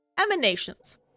emanations